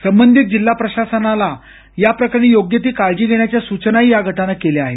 संबंधित जिल्हा प्रशासनाला याप्रकरणी योग्य ती काळजी घेण्याच्या सूचनाही या गटानं केल्या आहेत